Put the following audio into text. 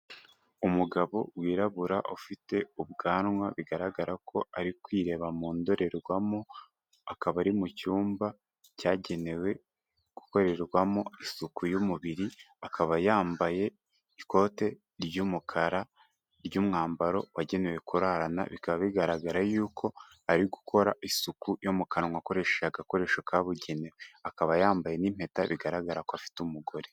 Umugabo wirabura ufite ubwanwa bigaragara ko ari kwireba mu ndorerwamo, akaba ari mu cyumba cyagenewe gukorerwamo isuku y'umubiri, akaba yambaye ikote ry'umukara ry'umwambaro wagenewe kurarana, bikaba bigaragara yuko ari gukora isuku yo mu kanwa akoresheje agakoresho kabugenewe akaba yambaye n'impeta bigaragara ko afite umugore.